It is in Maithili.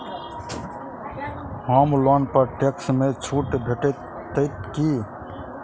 होम लोन पर टैक्स मे छुट भेटत की